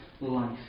life